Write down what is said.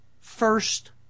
first